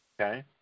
okay